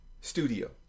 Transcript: studio